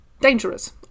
Dangerous